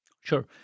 Sure